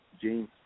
gene